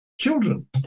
children